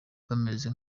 bameze